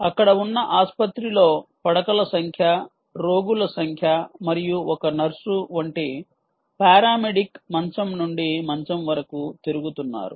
అక్కడ ఉన్న ఆసుపత్రిలో పడకల సంఖ్య రోగుల సంఖ్య మరియు ఒక నర్సు వంటి పారామెడిక్ మంచం నుండి మంచం వరకు తిరుగుతున్నారు